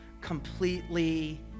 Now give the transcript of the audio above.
completely